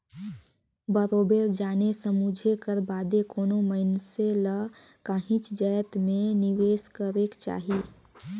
बरोबेर जाने समुझे कर बादे कोनो मइनसे ल काहींच जाएत में निवेस करेक जाही